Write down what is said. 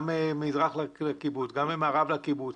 גם מזרח לקיבוץ וגם ממערב לקיבוץ,